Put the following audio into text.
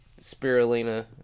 spirulina